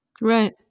Right